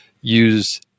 use